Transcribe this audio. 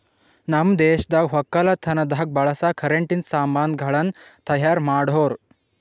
ನಮ್ ದೇಶದಾಗ್ ವಕ್ಕಲತನದಾಗ್ ಬಳಸ ಕರೆಂಟಿನ ಸಾಮಾನ್ ಗಳನ್ನ್ ತೈಯಾರ್ ಮಾಡೋರ್